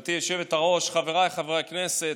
גברתי היושבת-ראש, חבריי חברי הכנסת,